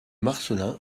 marcelin